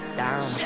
down